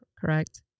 correct